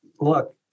look